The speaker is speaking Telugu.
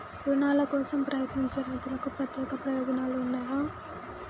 రుణాల కోసం ప్రయత్నించే రైతులకు ప్రత్యేక ప్రయోజనాలు ఉన్నయా?